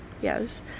Yes